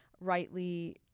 rightly